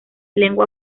lengua